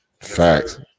Facts